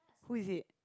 who is it